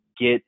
get